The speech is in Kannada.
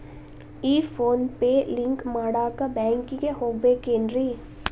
ಈ ಫೋನ್ ಪೇ ಲಿಂಕ್ ಮಾಡಾಕ ಬ್ಯಾಂಕಿಗೆ ಹೋಗ್ಬೇಕೇನ್ರಿ?